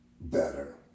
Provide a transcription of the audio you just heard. better